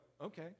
okay